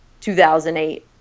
2008